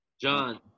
John